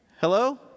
Hello